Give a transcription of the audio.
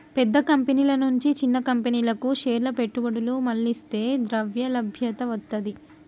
పెద్ద కంపెనీల నుంచి చిన్న కంపెనీలకు షేర్ల పెట్టుబడులు మళ్లిస్తే ద్రవ్యలభ్యత వత్తది